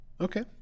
Okay